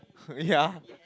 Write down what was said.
ya